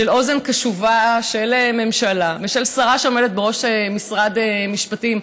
של אוזן קשובה של ממשלה ושל שרה שעומדת בראש משרד משפטים,